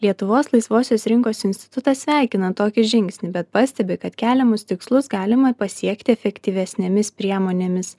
lietuvos laisvosios rinkos institutas sveikina tokį žingsnį bet pastebi kad keliamus tikslus galima pasiekti efektyvesnėmis priemonėmis